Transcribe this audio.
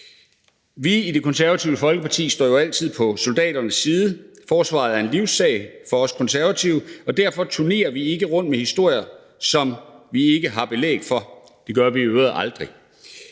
Vi i Det Konservative Folkeparti står jo altid på soldaternes side. Forsvaret er en livssag for os Konservative, og derfor turnerer vi ikke rundt med historier, som vi ikke har belæg for. Det gør vi i øvrigt